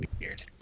weird